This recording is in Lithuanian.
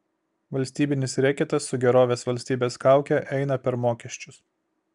valstybinis reketas su gerovės valstybės kauke eina per mokesčius